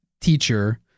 teacher